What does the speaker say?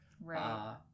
Right